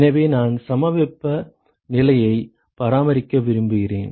எனவே நான் சமவெப்ப நிலைகளை பராமரிக்க விரும்புகிறேன்